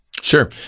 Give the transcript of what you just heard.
Sure